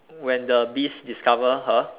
when the beast discover her